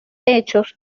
hechos